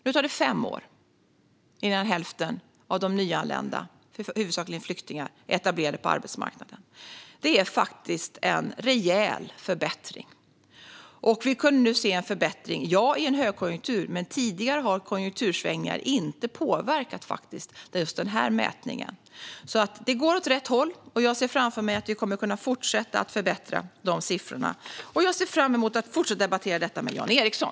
Nu tar det fem år innan hälften av de nyanlända, huvudsakligen flyktingar, är etablerade på arbetsmarknaden. Det är en rejäl förbättring, visserligen i en högkonjunktur, men tidigare har konjunktursvängningar faktiskt inte påverkat just den här mätningen. Svar på interpellation Det går alltså åt rätt håll, och jag ser framför mig att vi kommer att kunna fortsätta att förbättra dessa siffror. Jag ser även fram emot att fortsätta att debattera detta med Jan Ericson.